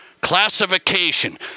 classification